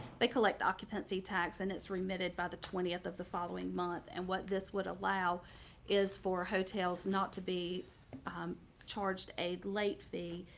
they collect occupancy tax and it's remitted by the twentieth of the following month. and what this would allow is for hotels not to be charged a late fee,